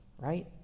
right